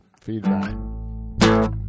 feedback